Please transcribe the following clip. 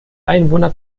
einwohner